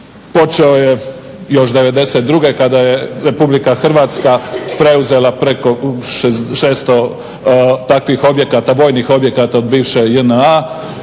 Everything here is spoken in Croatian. počeo je još '92. Kada je Republika Hrvatska preuzela preko 600 takvih objekata, vojnih objekata od bivše JNA,